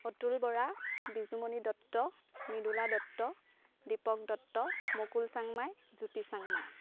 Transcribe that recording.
Atul Bora Bijumoni Dutta Mridula Dutta Dipak Dutta Mukul Changmai Juti Changmai